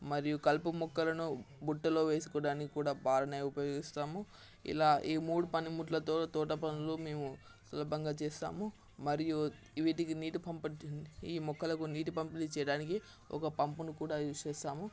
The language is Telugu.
మరియు కలుపు మొక్కలను బుట్టలో వేసుకోవడానికి కూడా పారనే ఉపయోగిస్తాము ఇలా ఈ మూడు పనిముట్లతో తోట పనులు మేము సులభంగా చేస్తాము మరియు వీటికి నీటి పంపిణీ ఈ మొక్కలకు నీటి పంపిణీ చేయడానికి ఒక పంపును కూడా యూస్ చేస్తాము